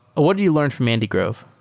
what did you learn from andy grove?